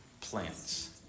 plants